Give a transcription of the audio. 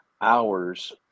hours